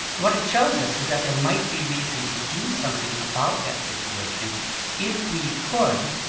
what it shows us is that there might be reason to do something about that situation if we could,